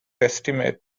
estimate